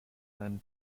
then